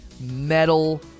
metal